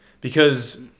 because-